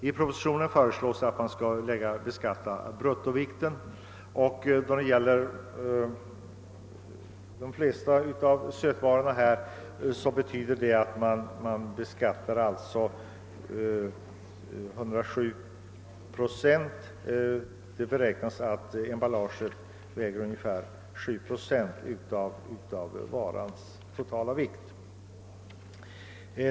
I propositionen föreslås emellertid att skatten skall beräknas på bruttovikten, och det betyder beträffande de flesta sötvarorna en beskattning av 197 procent av nettovikten, eftersom : det beräknas att emballaget väger ungefär 7 procent av varans totala vikt.